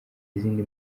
izindi